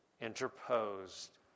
interposed